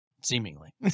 seemingly